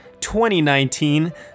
2019